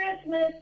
Christmas